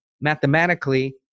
mathematically